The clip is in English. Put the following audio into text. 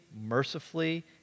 mercifully